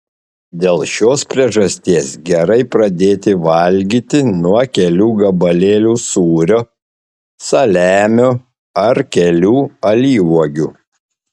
dėl šios priežasties gerai pradėti valgyti nuo kelių gabalėlių sūrio saliamio ar kelių alyvuogių